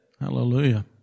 Hallelujah